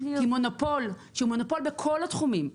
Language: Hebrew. כמונופול בכל התחומים,